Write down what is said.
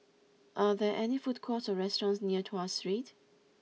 are there food courts or restaurants near Tuas Street